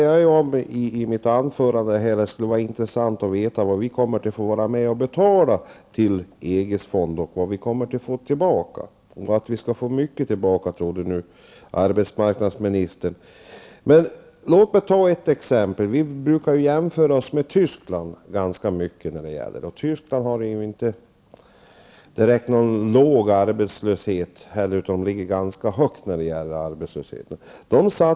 I mitt inledningsanförande tog jag upp frågan om vad vi kommer att få vara med att betala till EGs fond och vad vi kommer att få tillbaka. Arbetsmarknadsministern trodde att vi skulle få mycket tillbaka. Jag vill ta upp ett exempel. Vi brukar ju jämföra oss med Tyskland, som har en ganska hög arbetslöshet.